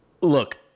look